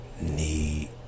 need